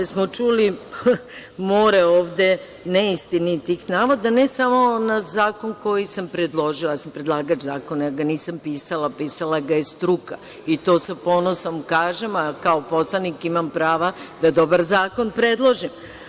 Mi smo čuli more ovde neistinitih navoda, ne samo na zakon koji sam predložila, ja sam predlagač zakona, ja ga nisam pisala, pisala ga je struka, i to sa ponosom kažem, a kao poslanik imam prava da dobar zakon predložim.